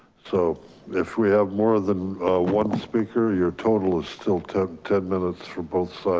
so if we have more than one speaker, your total is still ten, ten minutes for both sides.